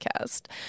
podcast